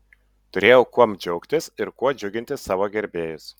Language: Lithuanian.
turėjau kuom džiaugtis ir kuo džiuginti savo gerbėjus